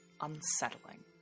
unsettling